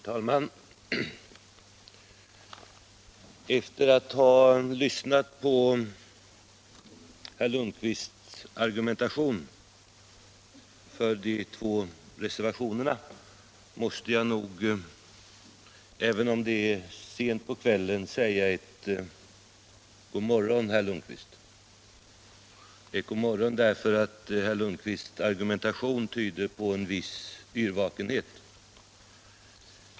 Herr talman! Efter att ha lyssnat på herr Lundkvists argumentation för de två reservationerna måste jag nog, även om det är sent på kvällen, säga god morgon herr Lundkvist — god morgon därför att herr Lundkvists argumentation tyder på en viss yrvakenhet.